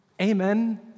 Amen